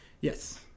Yes